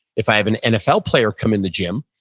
if i have an nfl player come in the gym,